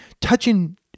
touching